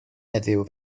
heddiw